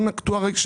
גרעון אקטוארי.